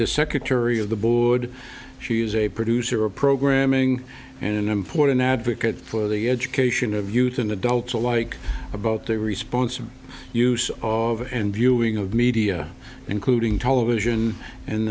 the secretary of the board she is a producer of programming and an important advocate for the education of youth and adults alike about their responsible use of and viewing of media including television and